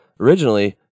Originally